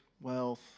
wealth